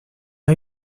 hay